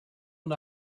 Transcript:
and